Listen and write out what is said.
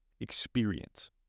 experience